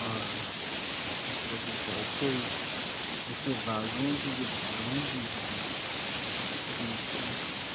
اور اس کے جو سائڈ سے اس کے بازوؤں سے جو پانی بھی جو ہے بالکل